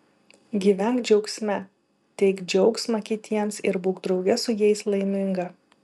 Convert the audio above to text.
gyvenk džiaugsme teik džiaugsmą kitiems ir būk drauge su jais laiminga